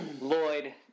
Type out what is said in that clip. Lloyd